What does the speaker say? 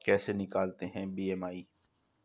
कैसे निकालते हैं बी.एम.आई?